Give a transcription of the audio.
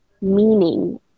meaning